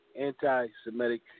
anti-Semitic